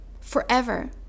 forever